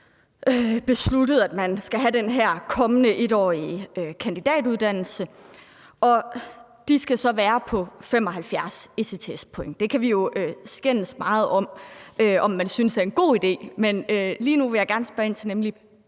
besluttet, at man skal have den her kommende 1-årige kandidatuddannelse, og den skal så være på 75 ECTS-point. Vi kan jo skændes meget om, om vi synes, det er en god idé, men lige nu vil jeg gerne spørge ind til